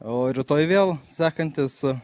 o rytoj vėl sekantis